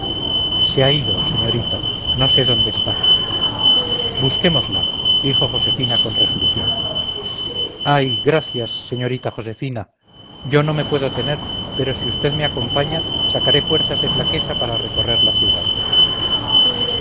se ha ido señorita no sé dónde está busquémosla dijo josefina con resolución ay gracias señorita josefina yo no me puedo tener pero si usted me acompaña sacaré fuerzas de flaqueza para recorrer la ciudad